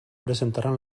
presentaran